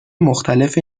مختلف